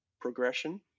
progression